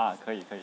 ah 可以可以